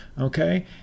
Okay